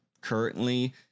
currently